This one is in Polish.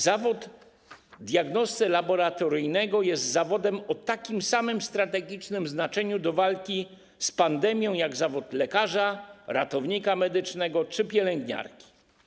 Zawód diagnosty laboratoryjnego jest zawodem o takim samym strategicznym znaczeniu dla walki z pandemią jak zawód lekarza, ratownika medycznego czy pielęgniarki.